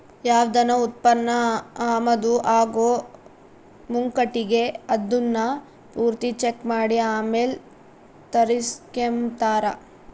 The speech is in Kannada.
ಯಾವ್ದನ ಉತ್ಪನ್ನ ಆಮದು ಆಗೋ ಮುಂಕಟಿಗೆ ಅದುನ್ನ ಪೂರ್ತಿ ಚೆಕ್ ಮಾಡಿ ಆಮೇಲ್ ತರಿಸ್ಕೆಂಬ್ತಾರ